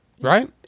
Right